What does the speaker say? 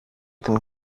την